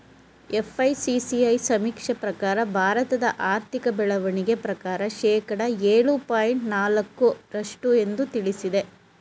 FICCI ಸಮೀಕ್ಷೆ ಪ್ರಕಾರ ಭಾರತದ ಆರ್ಥಿಕ ಬೆಳವಣಿಗೆ ಪ್ರಕಾರ ಶೇಕಡ ಏಳು ಪಾಯಿಂಟ್ ನಾಲಕ್ಕು ರಷ್ಟು ಎಂದು ತಿಳಿಸಿದೆ